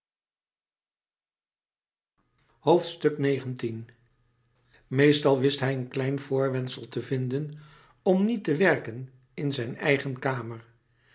meestal wist hij een klein voorwendsel te vinden om niet te werken in zijn eigen kamer